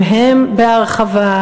גם הם בהרחבה,